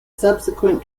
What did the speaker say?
subsequent